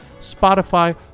Spotify